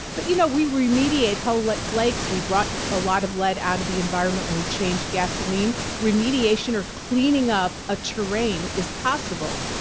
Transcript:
but you know we remediate like lakes. we brought a lot of lead out of the environment when we changed gasoline. remediation or cleaning up a terrain is possible.